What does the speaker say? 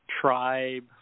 tribe